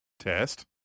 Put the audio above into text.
Test